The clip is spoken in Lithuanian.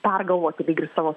pergalvoti lyg ir savo